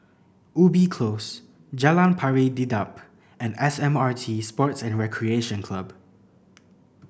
Ubi Close Jalan Pari Dedap and S M R T Sports and Recreation Club